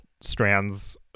strands